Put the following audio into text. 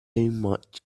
much